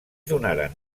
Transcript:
donaren